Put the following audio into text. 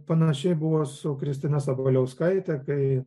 panašiai buvo su kristina sabaliauskaite kai